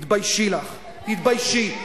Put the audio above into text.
תתביישי לך, תתביישי.